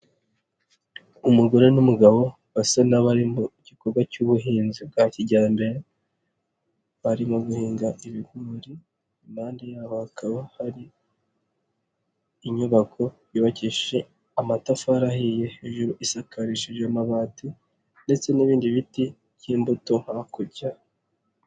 Umugore n'umugabo basa n'abari mu igikorwa cy'ubuhinzi bwa kijyambere barimo guhinga ibigori, impande yabo hakaba hari inyubako yubakishije amatafari ahiye hejuru isakarishije amabati ndetse n'ibindi biti by'imbuto hakurya.